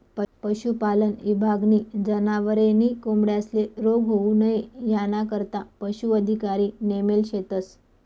पशुपालन ईभागनी जनावरे नी कोंबड्यांस्ले रोग होऊ नई यानाकरता पशू अधिकारी नेमेल शेतस